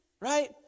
right